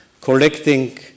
collecting